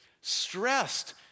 Stressed